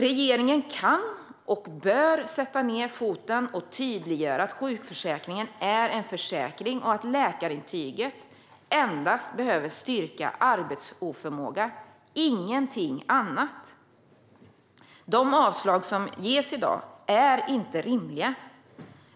Regeringen kan och bör sätta ned foten och tydliggöra att sjukförsäkringen är en försäkring och att läkarintyget endast behöver styrka arbetsoförmåga, ingenting annat. De avslag som ges i dag är inte rimliga.